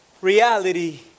reality